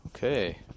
Okay